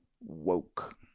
woke